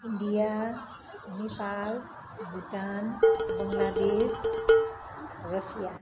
India Nepal Bhutan Bangladesh Russia